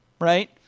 right